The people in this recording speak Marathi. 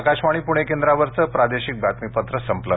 आकाशवाणी पणे केंद्रावरचं प्रादेशिक बातमीपत्र संपलं